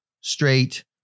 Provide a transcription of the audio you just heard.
straight